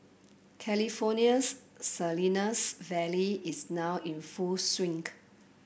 California's Salinas Valley is now in full swink